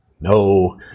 no